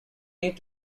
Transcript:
need